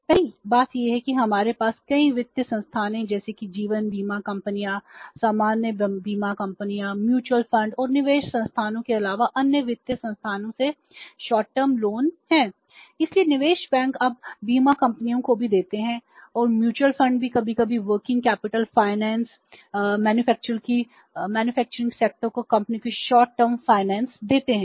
पहली बात यह है कि हमारे पास कई वित्तीय संस्थानों जैसे कि जीवन बीमा कंपनियों सामान्य बीमा कंपनियों म्यूचुअल फंड देते हैं